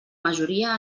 majoria